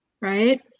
right